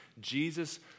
Jesus